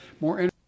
more